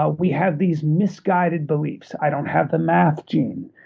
ah we have these misguided beliefs. i don't have the math gene.